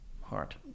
Heart